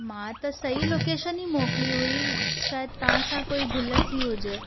मां त सही लोकेशन ई मोकली हुई शायदि तव्हां सां कोई भुल थी हुजे